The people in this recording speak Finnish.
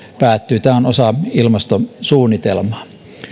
päättyy tämä on osa ilmastosuunnitelmaa